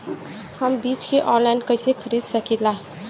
हम बीज के आनलाइन कइसे खरीद सकीला?